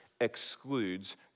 excludes